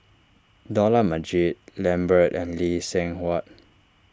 Dollah Majid Lambert and Lee Seng Huat